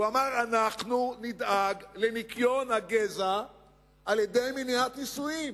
הוא אמר: אנחנו נדאג לניקיון הגזע על-ידי מניעת נישואים.